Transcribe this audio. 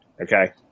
Okay